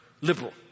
liberal